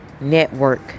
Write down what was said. network